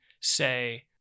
say